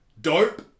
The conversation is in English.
Dope